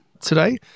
today